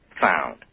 found